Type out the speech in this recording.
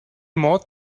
mod